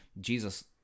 Jesus